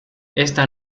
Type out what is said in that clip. esta